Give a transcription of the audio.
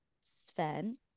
Sven